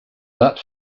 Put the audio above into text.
that